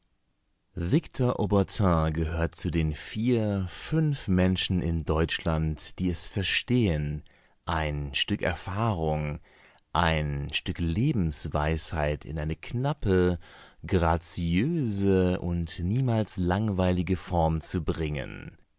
victor auburtin gehört zu den vier fünf menschen in deutschland die es verstehen ein stück erfahrung ein stück lebensweisheit in eine knappe graziöse und niemals langweilige form zu bringen